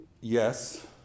Yes